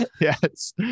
yes